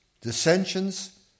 dissensions